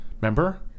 Remember